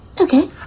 Okay